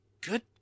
good